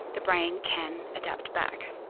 the brain can adapt back.